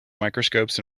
microscopes